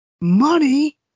Money